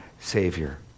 savior